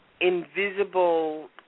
invisible